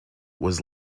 was